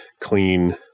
clean